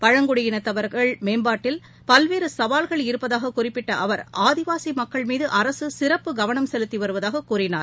பழங்குடியினத்தவர் மேம்பாட்டில் பல்வேறு சவால்கள் இருப்பதாகக் குறிப்பிட்ட அவர் ஆதிவாசி மக்கள் மீது அரசு சிறப்பு கவனம் செலுத்தி வருவதாகக் கூறினார்